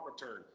return